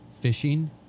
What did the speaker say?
fishing